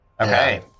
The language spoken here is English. Okay